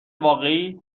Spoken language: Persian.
واقعی